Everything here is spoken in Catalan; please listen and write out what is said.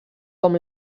com